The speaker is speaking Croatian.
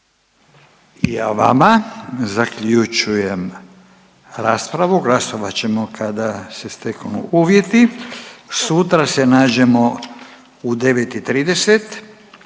i vama. Zaključujem raspravu i glasovat ćemo kada se steknu uvjeti. **Jandroković,